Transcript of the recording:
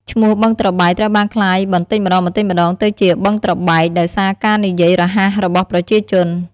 ឈ្មោះ "បឹងត្រង់បែក" ត្រូវបានក្លាយបន្ដិចម្ដងៗទៅជា "បឹងត្របែក" ដោយសារការនិយាយរហ័សរបស់ប្រជាជន។